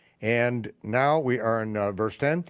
and now we are in verse ten,